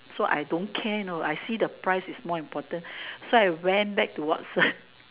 so I don't care you know I see the price is more important so I went back to Watsons